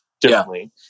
differently